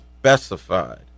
specified